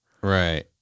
Right